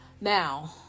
Now